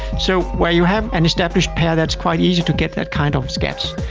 so where you have an established pair, that's quite easy to get that kind of scats.